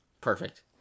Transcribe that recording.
Perfect